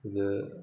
ഇത്